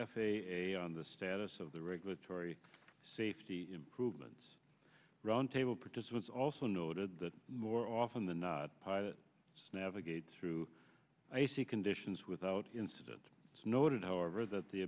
a on the status of the regulatory safety improvements roundtable participants also noted that more often than not pilot navigate through icy conditions without incident noted however that the